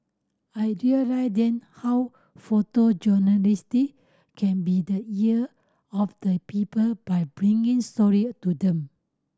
I realised then how photojournalist can be the ear of the people by bringing story to them